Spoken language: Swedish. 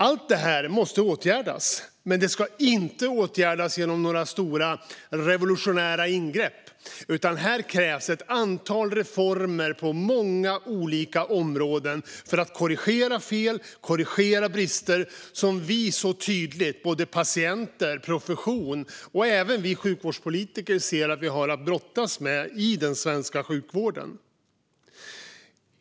Allt detta måste åtgärdas. Men det ska inte åtgärdas genom några stora revolutionerande ingrepp, utan här krävs det ett antal reformer på många olika områden för att korrigera fel och brister som vi så tydligt - patienter och profession och även vi sjukvårdspolitiker - ser att vi har att brottas med i den svenska sjukvården.